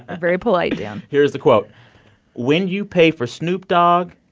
ah very polite, dan here's the quote when you pay for snoop dogg,